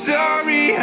sorry